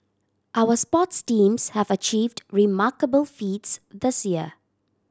our sports teams have achieved remarkable feats this year